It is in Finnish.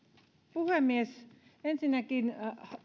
puhemies ensinnäkin